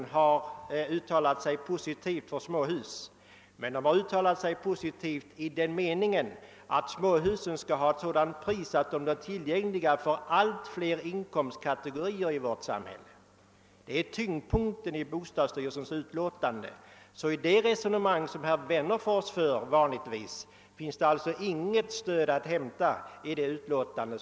Den har uttalat sig positivt om småhus, men i den meningen att småhusen skall ha ett sådant pris att de blir tillgängliga för allt fler inkomstkategorier i vårt samhälle. Det är tyngdpunkten i bostadsstyrelsens utlåtande. För det resonemang som herr Wennerfors vanligtvis för finns det alltså inget stöd att hämta i detta utlåtande.